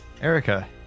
Erica